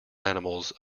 animals